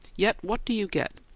yet what do you get?